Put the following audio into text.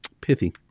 Pithy